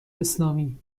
اسلامی